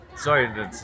sorry